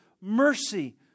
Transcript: mercy